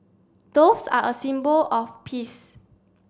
doves are a symbol of peace